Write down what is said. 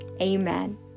Amen